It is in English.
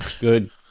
good